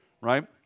right